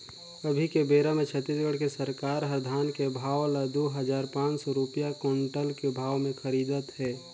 अभी के बेरा मे छत्तीसगढ़ के सरकार हर धान के भाव ल दू हजार पाँच सौ रूपिया कोंटल के भाव मे खरीदत हे